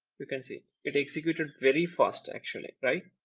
you can see it executed very fast actually right.